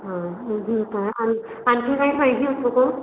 आणखी काही पाहिजे होतं का